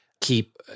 keep